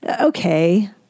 okay